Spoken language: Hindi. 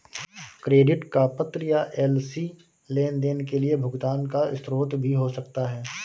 क्रेडिट का पत्र या एल.सी लेनदेन के लिए भुगतान का स्रोत भी हो सकता है